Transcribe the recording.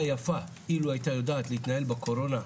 היפה אילו הייתה יודעת להתנהל בקורונה,